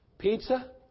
pizza